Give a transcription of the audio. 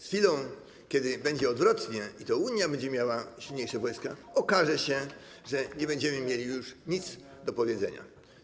Z chwilą kiedy będzie odwrotnie i to Unia będzie miała silniejsze wojska, okaże się, że nie będziemy mieli już nic do powiedzenia.